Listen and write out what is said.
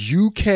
UK